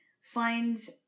finds